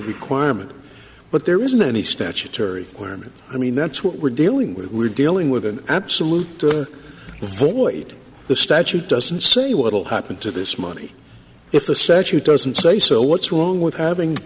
requirement but there isn't any statutory or i mean that's what we're dealing with we're dealing with an absolute void the statute doesn't say what will happen to this money if the statute doesn't say so what's wrong with having